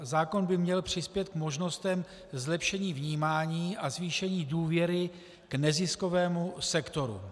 Zákon by měl přispět k možnostem zlepšení vnímání a zvýšení důvěry k neziskovému sektoru.